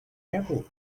apple